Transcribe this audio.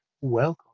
Welcome